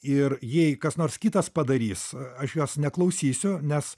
ir jei kas nors kitas padarys aš jos neklausysiu nes